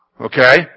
Okay